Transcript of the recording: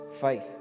faith